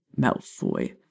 Malfoy